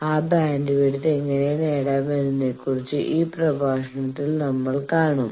ആ ബാൻഡ്വിഡ്ത്ത് എങ്ങനെ നേടാം എന്നതിനെ കുറിച്ച് ഈ പ്രഭാഷണത്തിൽ നമ്മൾ കാണും